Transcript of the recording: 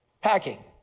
packing